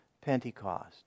Pentecost